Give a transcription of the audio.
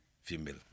Female